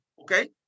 okay